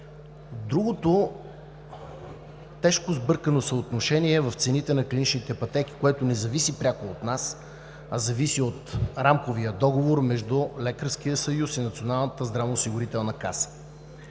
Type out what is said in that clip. Другото тежко сбъркано съотношение е в цените на клиничните пътеки, което не зависи пряко от нас, а зависи от Рамковия договор между Лекарския съюз и Националната здравноосигурителна каса.